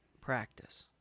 practice